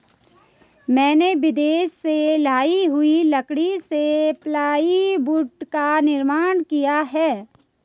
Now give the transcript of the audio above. मैंने विदेश से लाई हुई लकड़ी से प्लाईवुड का निर्माण किया है